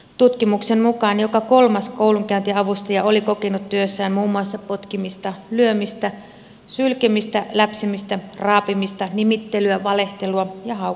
tutkimuksen mukaan joka kolmas koulunkäyntiavustaja oli kokenut työssään muun muassa potkimista lyömistä sylkemistä läpsimistä raapimista nimittelyä valehtelua ja haukkumista